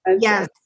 yes